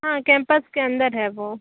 हाँ कैंपस के अंदर है वो